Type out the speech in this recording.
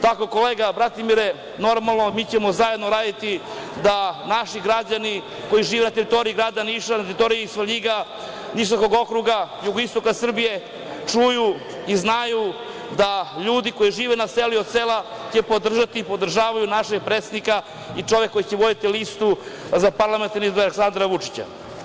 Tako, kolega Bratimire, normalno, mi ćemo zajedno raditi da naši građani koji žive na teritoriji grada Niša, na teritoriji Svrljiga, Nišavskog okruga, jugoistoka Srbije čuju i znaju da ljudi koji žive na selu i od sela će podržati i podržavaju našeg predsednika i čoveka koji će voditi listu za parlamentarne izbore Aleksandra Vučića.